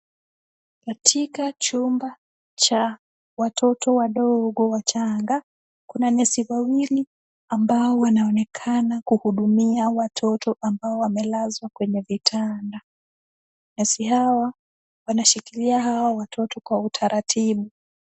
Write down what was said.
Katika chumba cha watoto wadogo wachanga. Kuna nesi wawili ambao wanaonekana kuhudumia watoto ambao wamelazwa kwenye vitanda. Nesi hao wanashikilia hao watoto kwa utaratibu.